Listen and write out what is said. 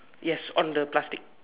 yes on the plastic